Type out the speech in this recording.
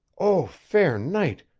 oh, fair knight,